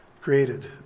created